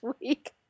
week